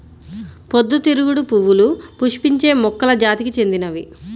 పొద్దుతిరుగుడు పువ్వులు పుష్పించే మొక్కల జాతికి చెందినవి